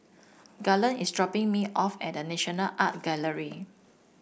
Garland is dropping me off at The National Art Gallery